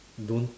don't